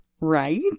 right